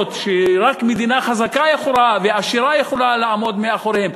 שרק מדינה חזקה ועשירה יכולה לעמוד מאחוריהן.